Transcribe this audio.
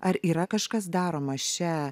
ar yra kažkas daroma šia